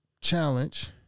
challenge